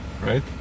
right